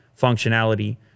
functionality